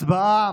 הצבעה